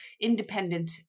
independent